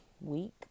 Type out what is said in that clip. week